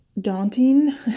daunting